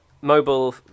Mobile